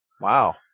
Wow